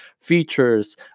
features